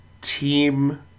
team